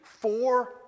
four